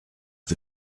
the